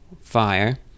fire